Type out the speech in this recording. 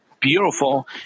beautiful